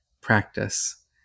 practice